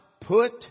put